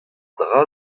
dra